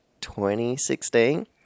2016